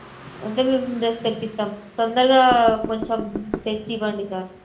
అంటే మేము డ్రెస్ తెప్పిస్తాం తొందరగా కొంచెం తెచ్చి ఇవ్వండి సార్